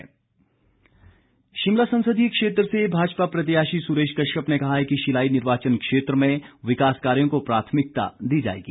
सुरेश कश्यप शिमला संसदीय क्षेत्र से भाजपा प्रत्याशी सुरेश कश्यप ने कहा है कि शिलाई निर्वाचन क्षेत्र में विकास कार्यों को प्राथमिकता दी जाएगी